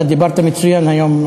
אתה דיברת מצוין היום,